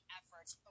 efforts